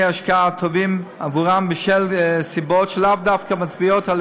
השקעה הטובים עבורם בשל סיבות שלאו דווקא מצביעות על